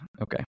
Okay